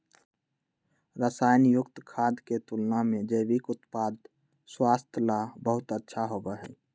रसायन युक्त खाद्य के तुलना में जैविक उत्पाद स्वास्थ्य ला बहुत अच्छा होबा हई